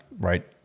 right